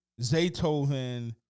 Zaytoven